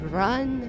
run